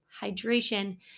hydration